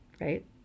right